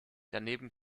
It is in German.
daneben